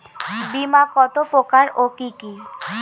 বীমা কত প্রকার ও কি কি?